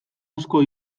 asko